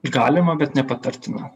galima bet nepatartina